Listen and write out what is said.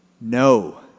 No